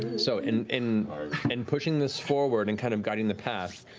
and so in in and pushing this forward and kind of guiding the path,